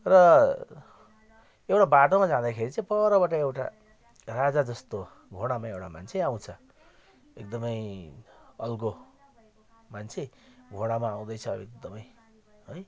र एउटा बाटोमा जाँदाखेरि चाहिँ परबाट चाहिँ एउटा राजा जस्तो घोडामा एउटा मान्छे आउँछ एकदमै अग्लो मान्छे घोडामा आउँदैछ एकदमै है